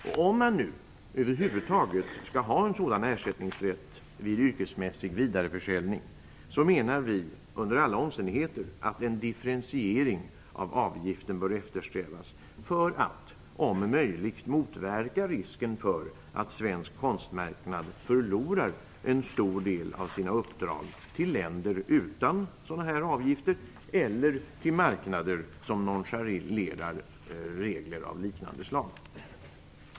Och om man nu över huvud taget skall ha en sådan ersättningsrätt vid yrkesmässig vidareförsäljning menar vi under alla omständigheter att en differentiering av avgiften bör eftersträvas för att, om möjligt, motverka risken för att svensk konstmarknad förlorar en stor del av sina uppdrag till länder utan sådana här avgifter eller till marknader som nonchalerar regler av liknande slag.